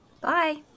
Bye